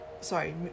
Sorry